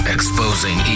Exposing